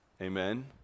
amen